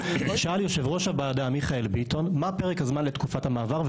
שאל יושב-ראש הוועדה מיכאל ביטון: מה פרק הזמן לתקופת המעבר?